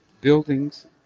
Buildings